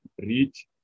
reach